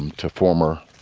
to former